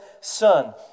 son